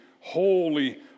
holy